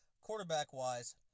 quarterback-wise